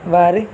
వారి